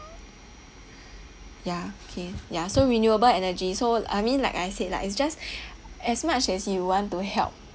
ya K ya so renewable energy so I mean like I said lah it's just as much as you want to help